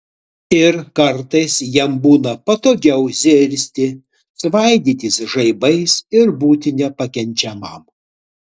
ir kartais jam būna patogiau zirzti svaidytis žaibais ir būti nepakenčiamam